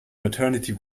maternity